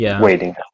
waiting